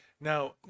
now